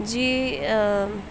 جی